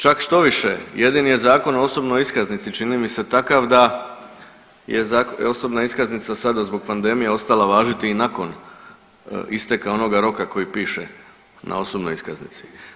Čak štoviše jedini je Zakon o osobnoj iskaznici čini mi se takav da je osobna iskaznica sada zbog pandemije ostala važiti i nakon isteka onoga roka koji piše na osobnoj iskaznici.